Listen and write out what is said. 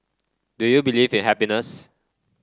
do you believe in happiness